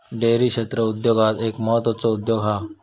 dairy क्षेत्र उद्योगांत एक म्हत्त्वाचो उद्योग हा